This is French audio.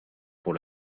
pour